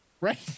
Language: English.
right